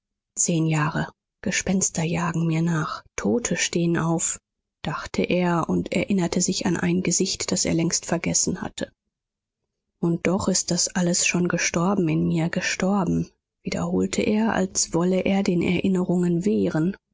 zehn jahre gespenster jagen mir nach tote stehen auf dachte er und erinnerte sich an ein gesicht das er längst vergessen hatte und doch ist das alles schon gestorben in mir gestorben wiederholte er als wolle er den erinnerungen wehren